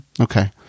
okay